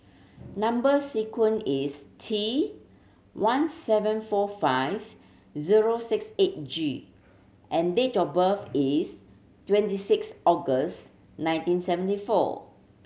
number sequence is T one seven four five zero six eight G and date of birth is twenty six August nineteen seventy four